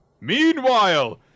Meanwhile